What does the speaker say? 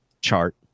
chart